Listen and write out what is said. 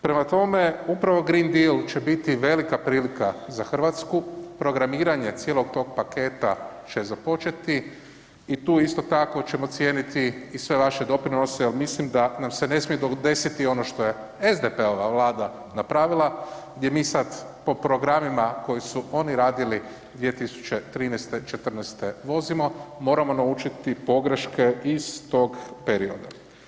Prema tome, upravo Green Deal će biti velika prilika za Hrvatsku, programiranje cijelog tog paketa će započeti i tu isto tako, ćemo cijeniti i sve vaše doprinose jer mislim da nam se ne smije desiti ono što je SDP-ova Vlada napravila, gdje mi sad po programima koji su oni radili 2013. i '14. vozimo, moramo naučiti pogreške iz tog perioda.